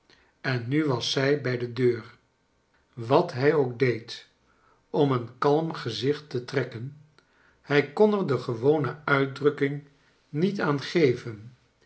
en nu was zij bij de deur wat hij ook deed om een kalm gezicht te trekken hij kon er de gewone uitdrukking niet aan geven